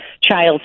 child